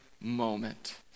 moment